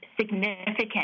significant